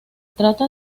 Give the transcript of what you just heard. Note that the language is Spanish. trata